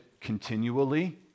continually